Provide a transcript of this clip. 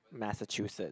Massachusetts